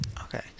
Okay